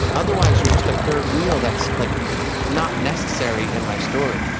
otherwise you're just a third wheel that's like not necessary in my story.